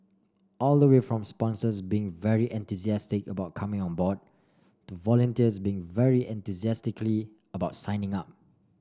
all the way from sponsors being very enthusiastic about coming on board to volunteers being very enthusiastically about signing up